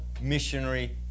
missionary